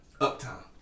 Uptown